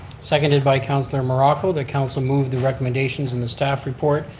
seconded by councilor morocco that council move the recommendations in the staff report,